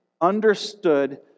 understood